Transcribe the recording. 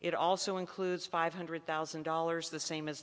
it also includes five hundred thousand dollars the same as